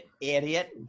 idiot